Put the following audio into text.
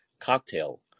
cocktail